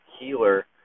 healer